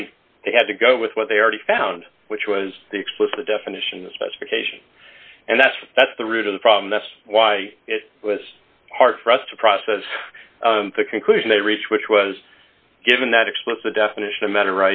arguing they had to go with what they already found which was the explicit definition of specification and that's that's the root of the problem that's why it was hard for us to process the conclusion they reached which was given that explicit definition